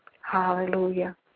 Hallelujah